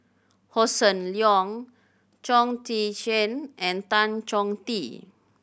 Hossan Leong Chong Tze Chien and Tan Chong Tee